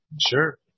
Sure